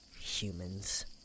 Humans